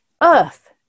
earth